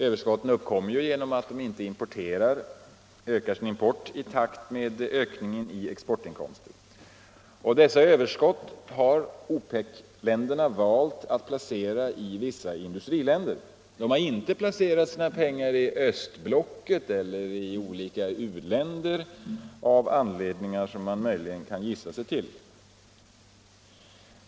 Överskotten uppkommer ju på grund av att deras import inte ökat i takt med exportinkomsterna. Dessa överskott har OPEC-länderna valt att placera i vissa industriländer. De har inte placerats i östblocket eller i u-landsvärlden, av skäl som man möjligen kan gissa sig till.